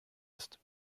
ist